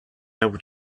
able